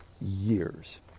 years